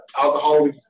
alcohol